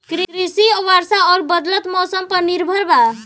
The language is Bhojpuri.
कृषि वर्षा आउर बदलत मौसम पर निर्भर बा